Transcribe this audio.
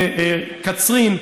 בקצרין,